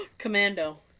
commando